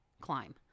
climb